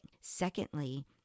Secondly